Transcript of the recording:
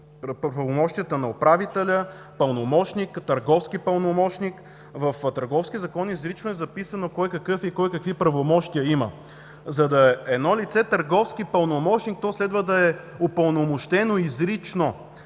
правомощията на управителя, пълномощника, търговския пълномощник. В Търговския закон изрично е записано кой какъв е и кой какви правомощия има. За да е търговски пълномощник едно лице, то следва да е упълномощено изрично.